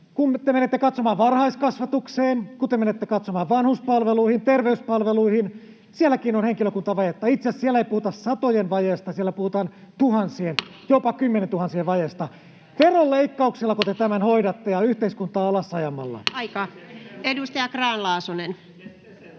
Kun te menette katsomaan varhaiskasvatukseen, kun te menette katsomaan vanhuspalveluihin ja terveyspalveluihin, sielläkin on henkilökuntavajetta. Itse asiassa siellä ei puhuta satojen vajeesta vaan siellä puhutaan tuhansien, jopa kymmenientuhansien vajeesta. Veronleikkauksillako ja yhteiskuntaa alas ajamallako te tämän